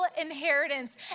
inheritance